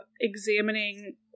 examining